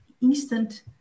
instant